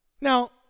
Now